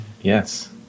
Yes